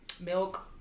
milk